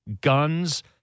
guns